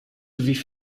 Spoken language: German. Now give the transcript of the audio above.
wie